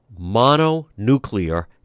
mononuclear